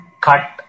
cut